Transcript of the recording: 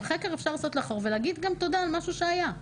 אפשר גם לעשות חקר לאחור ולהגיד גם תודה על משהו שהיה.